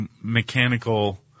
mechanical